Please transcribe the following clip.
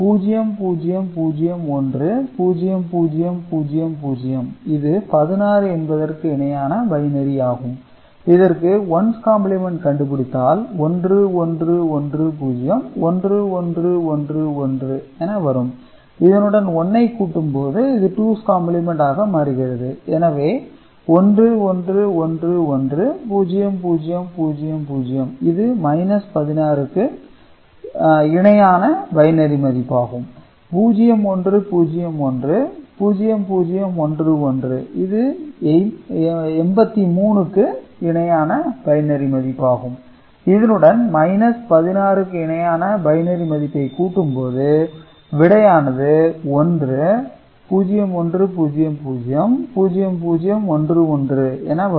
0001 0000 இது 16 என்பதற்கு இணையான பைனரி எணணாகும் இதற்கு ஒன்ஸ் காம்ப்ளிமென்ட் கண்டுபிடித்தால் 1110 1111 என வரும் இதனுடன் 1 ஐ கூட்டும் போது இது டூஸ் காம்ப்ளிமென்ட் ஆக மாறுகிறது எனவே 1111 0000 இது 16 க்கு இணையான பைனரி மதிப்பாகும் 0101 0011 இது 83 க்கு இணையான பைனரி மதிப்பு ஆகும் இதனுடன் 16 க்கு இணையான பைனரி மதிப்பை கூட்டும்போது விடையானது 1 0100 0011 என வரும்